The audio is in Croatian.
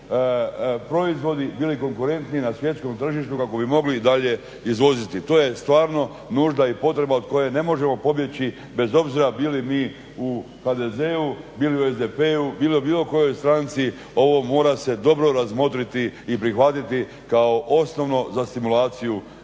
proizvodi bili konkurentni na svjetskom tržištu, kako bi mogli dalje izvoziti. To je stvarno nužda i potreba od koje ne možemo pobjeći bez obzira bili mi u HDZ-u, bili u SDP-u, bilo kojoj stranci. Ovo mora se dobro razmotriti i prihvatiti kao osnovno za simulaciju